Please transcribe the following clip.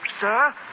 sir